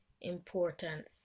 important